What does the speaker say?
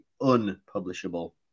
unpublishable